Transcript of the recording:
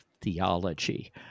theology